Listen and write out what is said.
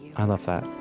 i love that